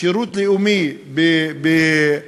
שירות לאומי בזכויות,